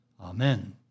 Amen